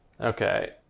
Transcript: Okay